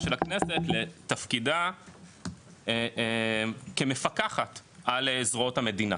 של הכנסת לתפקידה כמפקחת על זרועות המדינה